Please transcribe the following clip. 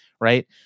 right